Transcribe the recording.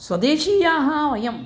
स्वदेशीयाः वयम्